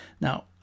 Now